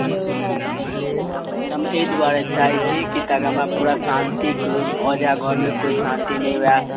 हूँ तऽ हम अइ दुआरे चाहैत छी कि ताकि हमरा पूरा शांति क्लोज भऽ जाए घरमे कोइ शांति नहि हुए